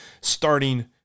starting